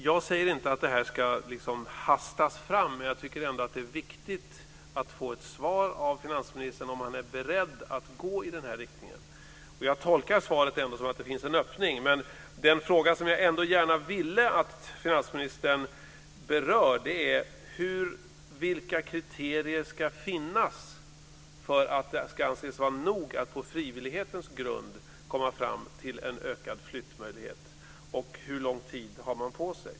Jag säger inte att detta ska liksom hastas fram men tycker att det är viktigt att få ett svar från finansministern på frågan om han är beredd att gå i den här riktningen. Jag tolkar svaret så att det ändå finns en öppning, men den fråga som jag gärna ville att finansministern skulle beröra är följande: Vilka kriterier ska finnas för att det ska anses vara nog att på frivillighetens grund komma fram till en ökad flyttmöjlighet, och hur lång tid har man på sig?